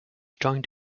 joined